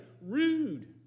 rude